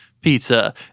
pizza